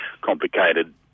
complicated